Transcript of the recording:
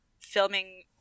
filming